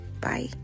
Bye